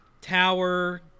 tower